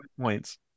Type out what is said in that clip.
points